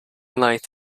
light